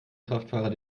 kraftfahrer